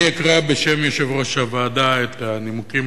אני אקרא בשם יושב-ראש הוועדה את הנימוקים